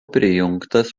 prijungtas